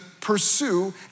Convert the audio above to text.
pursue